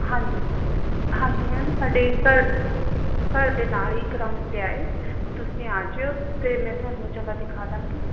ਹਾਂਜੀ ਹਾਂਜੀ ਮੈਮ ਸਾਡੇ ਘਰ ਘਰ ਦੇ ਨਾਲ ਹੀ ਗਰਾਊਂਡ ਹੈ ਤੁਸੀਂ ਆ ਜਾਉ ਅਤੇ ਮੈਂ ਤੁਹਾਨੂੰ ਜਗ੍ਹਾ ਦਿਖਾ ਦੇਵਾਂਗੀ